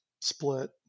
split